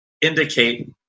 indicate